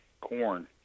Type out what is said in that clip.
corn